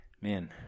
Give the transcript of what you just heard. Man